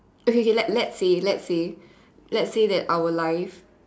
okay okay let let say let say let say that our lives